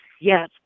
Yes